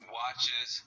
watches